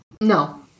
No